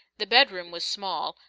the bed-room was small,